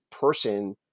person